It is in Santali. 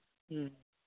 ᱦᱮᱸ